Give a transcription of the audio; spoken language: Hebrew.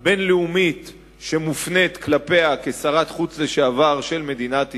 בין-לאומית שמופנית כלפיה כשרת החוץ לשעבר של מדינת ישראל,